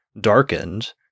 darkened